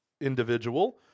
individual